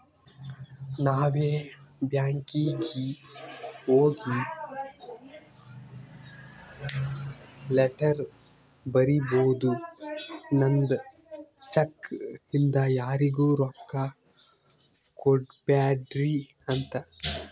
ನಾವೇ ಬ್ಯಾಂಕೀಗಿ ಹೋಗಿ ಲೆಟರ್ ಬರಿಬೋದು ನಂದ್ ಚೆಕ್ ಇಂದ ಯಾರಿಗೂ ರೊಕ್ಕಾ ಕೊಡ್ಬ್ಯಾಡ್ರಿ ಅಂತ